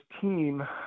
team